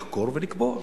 לחקור ולקבוע.